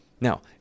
Now